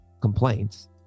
complaints